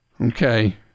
Okay